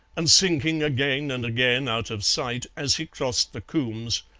and sinking again and again out of sight as he crossed the combes,